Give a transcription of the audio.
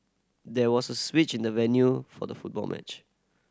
there was a switch in the venue for the football match